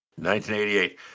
1988